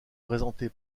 présentée